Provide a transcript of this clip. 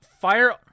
fire